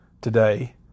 today